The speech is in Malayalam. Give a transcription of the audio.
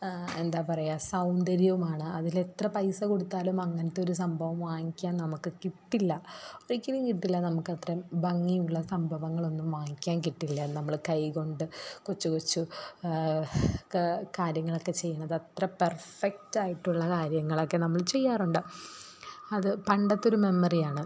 എന്താ പറയുക സൗന്ദര്യമാണ് അതിൽ എത്ര പൈസ കൊടുത്താലും അങ്ങനെത്തൊരു സംഭവം വാങ്ങിക്കാൻ നമുക്കു കിട്ടില്ല ഒരിക്കലും കിട്ടില്ല നമുക്ക് അത്രയും ഭംഗിയുള്ള സംഭവങ്ങളൊന്നും വാങ്ങിക്കാൻ കിട്ടില്ല നമ്മൾ കൈ കൊണ്ട് കൊച്ചു കൊച്ചു ക കാര്യങ്ങളൊക്കെ ചെയ്യണതത്ര പെർഫെക്റ്റായിട്ടുള്ള കാര്യങ്ങളൊക്കെ നമ്മൾ ചെയ്യാറുണ്ട് അത് പണ്ടത്തൊരു മെമ്മറിയാണ്